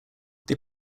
they